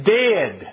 dead